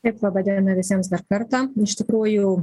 taip laba diena visiems dar kartą iš tikrųjų